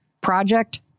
project